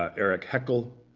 ah erich heckel,